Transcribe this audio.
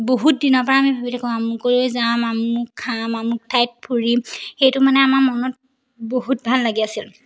বহুত দিনৰ পৰা আমি ভাবি থাকোঁ আমুকলৈ যাম আমুক খাম আমুক ঠাইত ফুৰিম সেইটো মানে আমাৰ মনত বহুত ভাল লাগি আছিল